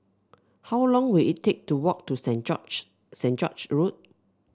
how long will it take to walk to Saint George Saint George's Road